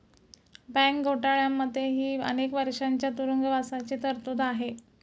bank घोटाळ्यांमध्येही अनेक वर्षांच्या तुरुंगवासाची तरतूद आहे